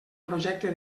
projecte